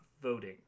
voting